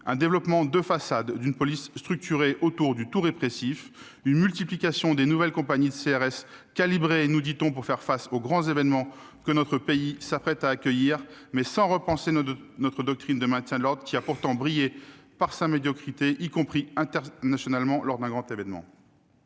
un développement de façade d'une police structurée autour du tout-répressif ; une multiplication de nouvelles compagnies de CRS calibrées, nous dit-on, pour faire face aux grands événements que notre pays s'apprête à accueillir, mais sans repenser notre doctrine de maintien de l'ordre, qui a pourtant brillé par sa médiocrité devant le monde entier lors d'un grand événement